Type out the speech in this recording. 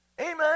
Amen